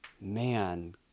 man